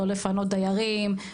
לא לפנות דיירים,